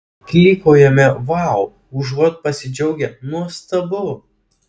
klykaujame vau užuot pasidžiaugę nuostabu